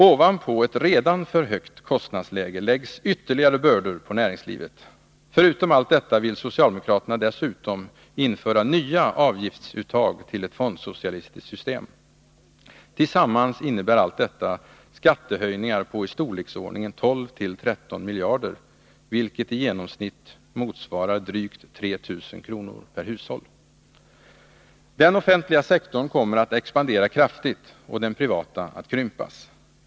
Ovanpå ett redan för högt kostnadsläge läggs ytterligare bördor på näringslivet. Förutom allt detta vill socialdemokraterna införa nya avgiftsuttag till ett fondsocialistiskt system. Tillsammans innebär allt detta skattehöjningar på i storleksordningen 12-13 miljarder kronor, vilket i genomsnitt motsvarar drygt 3 000 kr. per hushåll. Den offentliga sektorn kommer att expandera kraftigt och den privata att krympas.